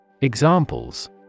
Examples